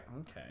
okay